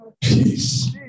peace